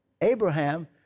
Abraham